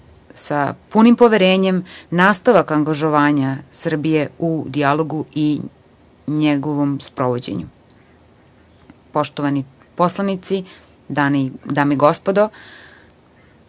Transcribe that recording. sa punim poverenjem nastavak angažovanja Srbije u dijalogu i njegovom sprovođenju. Poštovani poslanici, dame i gospodo,